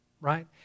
right